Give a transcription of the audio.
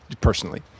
personally